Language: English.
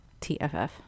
TFF